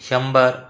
शंभर